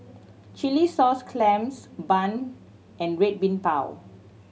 chilli sauce clams bun and Red Bean Bao